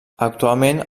actualment